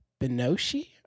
Benoshi